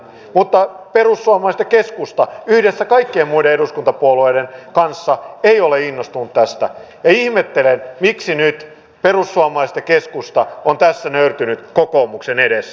mutta perussuomalaiset ja keskusta yhdessä kaikkien muiden eduskuntapuolueiden kanssa ei ole innostunut tästä ja ihmettelen miksi nyt perussuomalaiset ja keskusta ovat tässä nöyrtyneet kokoomuksen edessä